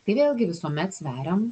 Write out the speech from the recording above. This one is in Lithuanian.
tai vėlgi visuomet sveriam